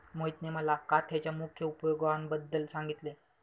मोहितने मला काथ्याच्या मुख्य उपयोगांबद्दल सांगितले